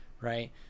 right